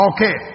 Okay